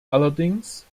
allerdings